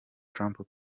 trump